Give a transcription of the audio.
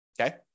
Okay